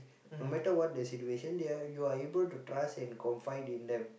no matter what the situation you are able to trust and confide in them